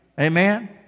Amen